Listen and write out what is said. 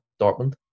Dortmund